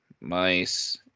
Mice